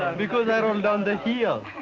because i rolled down the hill.